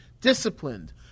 disciplined